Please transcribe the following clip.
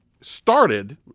started